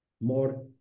more